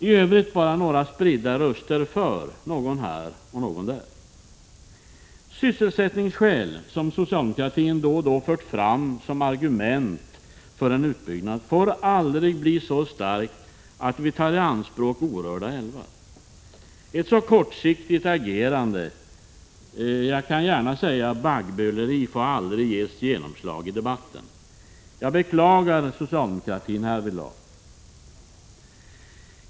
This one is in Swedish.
I övrigt har bara några spridda röster hörts för, någon här och någon där. Sysselsättningsskäl, som socialdemokraterna då och då fört fram som argument för en utbyggnad, får aldrig bli så starka att vi tar i anspråk orörda älvar. Ett så kortsiktigt agerande — jag kan gärna säga baggböleri — får aldrig ges genomslag i debatten. Jag beklagar socialdemokratin härvidlag.